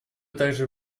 также